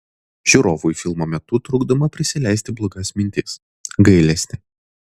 žiūrovui filmo metu trukdoma prisileisti blogas mintis gailestį